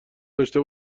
داشته